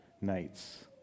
nights